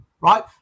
right